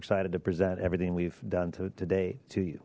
excited to present everything we've done to today to